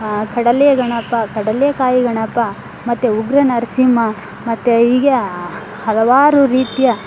ಕಡಲೆ ಗಣಪ ಕಡಲೆಕಾಯಿ ಗಣಪ ಮತ್ತೆ ಉಗ್ರ ನರಸಿಂಹ ಮತ್ತು ಹೀಗೆಯೇ ಹಲವಾರು ರೀತಿಯ